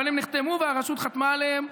אבל הם נחתמו והרשות חתמה עליהם,